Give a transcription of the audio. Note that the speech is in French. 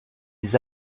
des